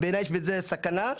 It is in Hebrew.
בעיניי, יש בזה סכנה,